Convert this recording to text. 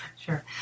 Sure